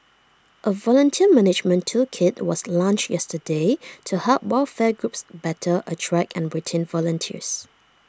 A volunteer management toolkit was launched yesterday to help welfare groups better attract and retain volunteers